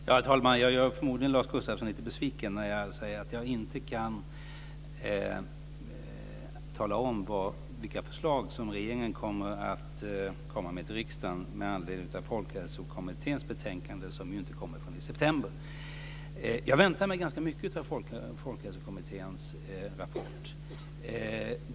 Herr talman! Jag gör förmodligen Lars Gustafsson lite besviken när jag säger att jag inte kan tala om vilka förslag som regeringen kommer med till riksdagen med anledning av Folkhälsokommitténs betänkande, som inte kommer förrän i september. Jag väntar mig ganska mycket av Folkhälsokommitténs rapport.